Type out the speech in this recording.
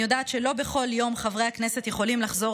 אני יודעת שלא בכל יום חברי הכנסת יכולים לחזור